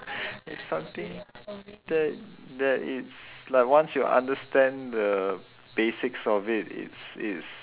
it's something that that it's like once you understand the basics of it it's it's